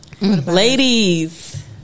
Ladies